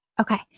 okay